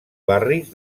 barris